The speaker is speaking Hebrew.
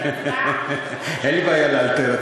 אין לי בעיה לאלתר.